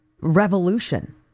revolution